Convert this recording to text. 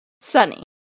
Sunny